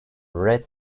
red